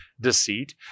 deceit